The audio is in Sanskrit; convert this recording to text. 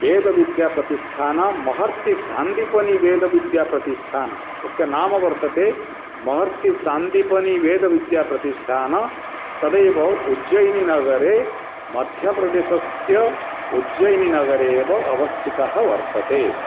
वेदविद्याप्रतिष्ठानं महर्षिसान्दीपनिवेदविद्याप्रतिष्ठानं तस्य नाम वर्तते महर्षिसान्दीपनिवेदविद्याप्रतिष्ठानं तदेव उज्जैनी नगरे मध्यप्रदेशस्य उज्जैनी नगरे एव अवस्थिता वर्तते